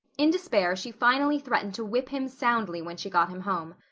in despair she finally threatened to whip him soundly when she got him home.